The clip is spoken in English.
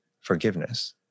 forgiveness